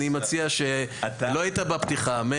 אני מציע, לא היית בפתיחה מאיר.